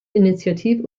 initiative